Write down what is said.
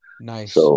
Nice